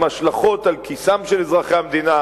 עם השלכות על כיסם של אזרחי המדינה,